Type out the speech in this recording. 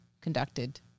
conducted